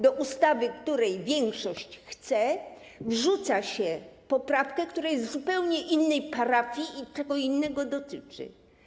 Do ustawy, którą większość chce, wrzuca się poprawkę, która jest z zupełnie innej parafii i czego innego dotyczy.